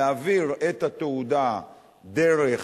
להעביר את התעודה דרך